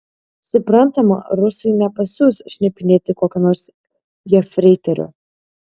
suprantama rusai nepasiųs šnipinėti kokio nors jefreiterio